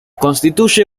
constituye